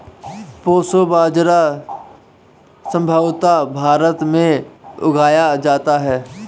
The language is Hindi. प्रोसो बाजरा संभवत भारत में उगाया जाता है